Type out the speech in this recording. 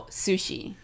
sushi